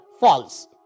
false